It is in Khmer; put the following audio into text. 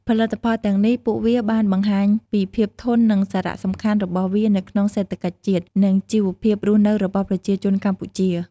ផលិតផលទាំងនេះ ពួកវាបានបង្ហាញពីភាពធន់ និងសារៈសំខាន់របស់វានៅក្នុងសេដ្ឋកិច្ចជាតិ និងជិវភាពរស់នៅរបស់ប្រជាជនកម្ពុជា។